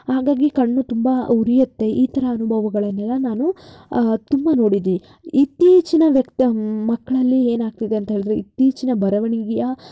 ಹಾಗಾಗಿ ಕಣ್ಣು ತುಂಬ ಉರಿಯುತ್ತೆ ಈ ಥರ ಅನುಭವಗಳನ್ನೆಲ್ಲ ನಾನು ತುಂಬ ನೋಡಿದ್ದೀನಿ ಇತ್ತೀಚಿನ ವ್ಯಕ್ತಿ ಮಕ್ಕಳಲ್ಲಿ ಏನಾಗ್ತಿದೆ ಅಂತ ಹೇಳಿದ್ರೆ ಇತ್ತೀಚಿನ ಬರವಣಿಗೆಯ